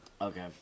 Okay